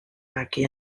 magu